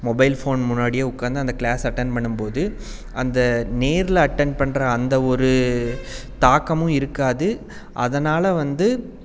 mobile phone முன்னாடியோ உட்காந்து அந்த க்ளாஸ் அட்டன்ட் பண்ணும் போது அந்த நேரில் அட்டன்ட் பண்ணுற அந்த ஒரு தாக்கமும் இருக்காது அதனால் வந்து